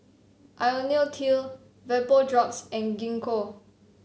IoniL T Vapodrops and Gingko